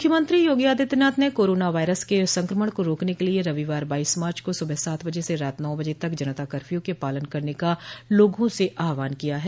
मुख्यमंत्री योगी आदित्यनाथ ने corona virus के संक्रमण को रोकने के लिये रविवार बाईस मार्च को सुबह सात बजे से रात नौ बजे तक जनता कर्फ्यू के पालन करने का लोगों से आहवान किया है